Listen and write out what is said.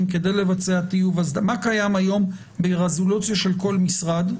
כדי לבצע טיוב איזה תקנים קיימים היום ברזולוציה של כל משרד.